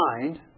mind